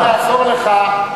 אם זה יעזור לך,